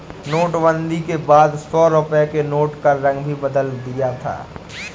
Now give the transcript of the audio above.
नोटबंदी के बाद सौ रुपए के नोट का रंग भी बदल दिया था